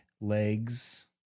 legs